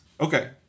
okay